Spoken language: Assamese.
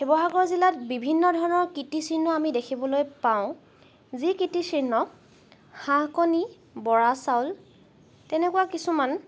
শিৱসাগৰ জিলাত বিভিন্ন ধৰণৰ কীৰ্তিচিহ্ন আমি দেখিবলৈ পাওঁ যি কীৰ্তিচিহ্ন হাঁহকণী বৰাচাউল তেনেকুৱা কিছুমান